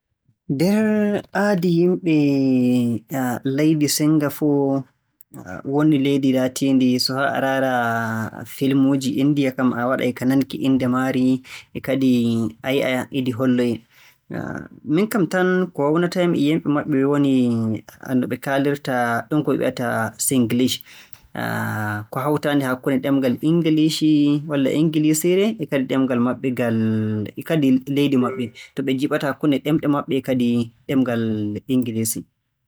Nder aadi yimɓe leydi Sinngapo, woni leydi laatiindi so haa a raara flmuuji Inndiya kam a waɗay ka nanki inɗe maari nden a yi'ay kadi a yi'ay e ndi holloyee. Miin kam tan ko waawnata yam e yimɓe woni ɗum no ɓe kaalirta ɗum ko ɓe mbi'etee Singlish ko hawtaande hakkunde ɗemngal Inngiliisiire e kadi ɗemgal maɓɓe ngal - e kadi leydi maɓɓe to ɓe njiiɓata hakkunde ɗemɗe maɓɓe e kadi ɗemngal Inngiliisi.